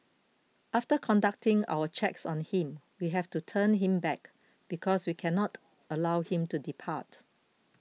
after conducting our checks on him we have to turn him back because we can not allow him to depart